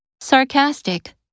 Sarcastic